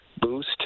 boost